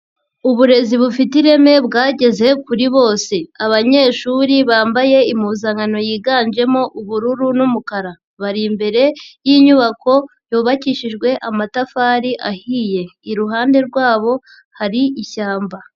Uburezi bufite ireme bwageze kuri bose, abanyeshuri bambaye impuzankano yiganjemo ubururu n'umukara, bari imbere y'inyubako yubakishijwe amatafari ahiye iruhande rwabo hari ishyamba.